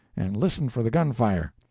and listen for the gun-fire.